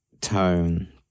tone